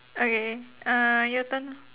okay uh your turn